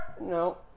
No